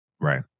right